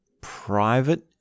private